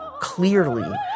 clearly